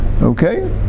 Okay